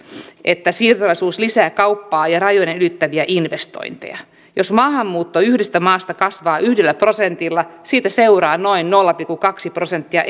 että siirtolaisuus lisää kauppaa ja rajoja ylittäviä investointeja jos maahanmuutto yhdestä maasta kasvaa yhdellä prosentilla siitä seuraa noin nolla pilkku kaksi prosenttia